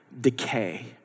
decay